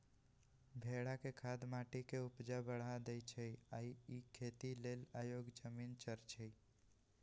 भेड़ा के खाद माटी के ऊपजा बढ़ा देइ छइ आ इ खेती लेल अयोग्य जमिन चरइछइ